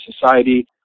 society